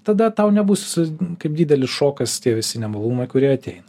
tada tau nebus kaip didelis šokas tie visi nemalonumai kurie ateina